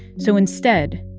so instead,